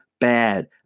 bad